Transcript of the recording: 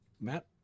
Matt